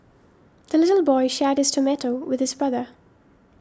the little boy shared his tomato with his brother